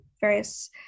various